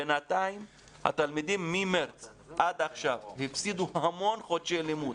בינתיים התלמידים ממרץ עד עכשיו הפסידו המון חודשי לימוד